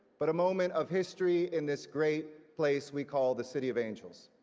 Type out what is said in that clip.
but a moment of history in this great place we call the city of angels.